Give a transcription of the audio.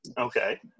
okay